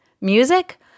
music